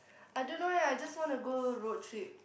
I don't know eh I just want to go road trip